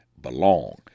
belong